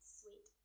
sweet